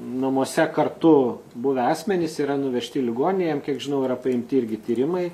namuose kartu buvę asmenys yra nuvežti į ligoninę jiem kiek žinau yra paimti irgi tyrimai